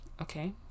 Okay